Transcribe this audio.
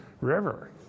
river